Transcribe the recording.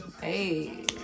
Hey